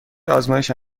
آزمایش